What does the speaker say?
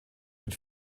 mit